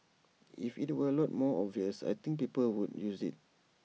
if IT were A lot more obvious I think people would use IT